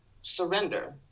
surrender